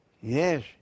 Yes